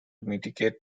mitigate